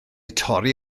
torri